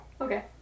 Okay